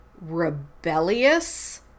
rebellious